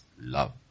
love